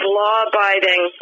law-abiding